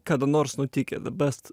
kada nors nutikę the best